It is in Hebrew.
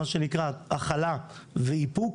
מה שנקרא הכלה ואיפוק,